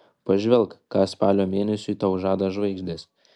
pažvelk ką spalio mėnesiui tau žada žvaigždės